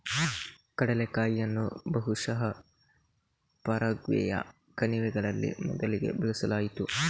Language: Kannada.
ಕಡಲೆಕಾಯಿಯನ್ನು ಬಹುಶಃ ಪರಾಗ್ವೆಯ ಕಣಿವೆಗಳಲ್ಲಿ ಮೊದಲಿಗೆ ಬೆಳೆಸಲಾಯಿತು